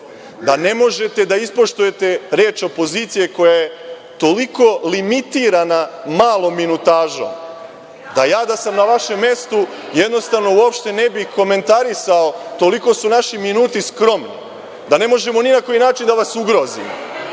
da ne možete da ispoštujete reč opozicije koja je toliko limitirana malom minutažom, da ja da sam na vašem mestu jednostavno uopšte ne bih komentarisao. Toliko su naši minuti skromni da ne možemo ni na koji način da vas ugrozimo.